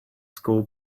school